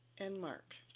and mark